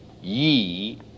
ye